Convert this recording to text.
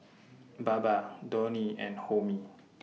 Baba Dhoni and Homi